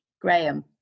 Graham